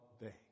day